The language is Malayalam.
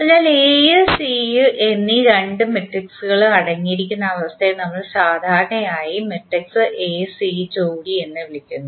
അതിനാൽ A C എന്നീ രണ്ട് മെട്രിക്സുകളും അടങ്ങിയിരിക്കുന്ന അവസ്ഥയെ നമ്മൾ സാധാരണയായി A C ജോഡി എന്ന് വിളിക്കുന്നു